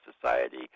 Society